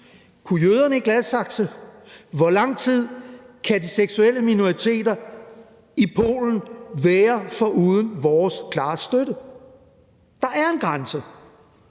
kunne jøderne i Gladsaxe, i hvor lang tid kan de seksuelle minoriteter i Polen være foruden vores klare støtte? Der er en grænse,